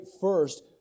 first